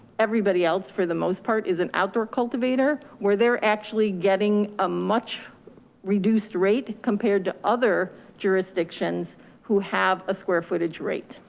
everybody else, for the most part, is an outdoor cultivator, where they're actually getting a much reduced rate compared to other jurisdictions who have a square footage rate.